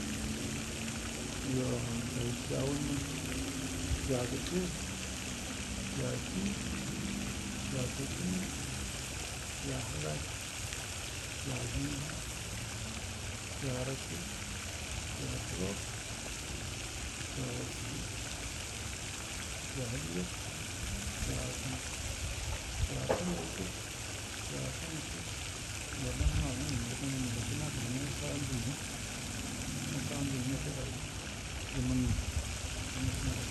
Yo dai kiya auwal ma kiya gəte kiya kii kiya gakənnə kiya həgai kiya hingi kiya arakə kiya tulorə kiya waskə kiya həli garə kiya akanə kiya kanəyu gəte kiya akanəyu kii yo damma nalngə yamungə wute nakəle nayi sagandurima nayi saganduri nga wute daji imanə nuu.